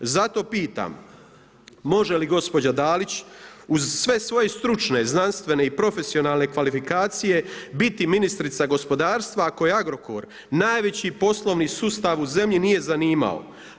Zato pitam, može li gospođa Dalić uz sve svoje stručne, znanstvene i profesionalne kvalifikacije biti ministrica gospodarstva ako je Agrokor najveći poslovni sustav u zemlji nije zanimao.